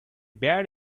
bad